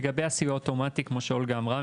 לגבי הסיוע האוטומטי כמו שאולגה אמרה,